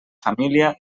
família